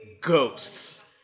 ghosts